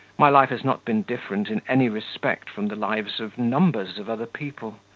my life has not been different in any respect from the lives of numbers of other people.